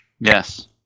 Yes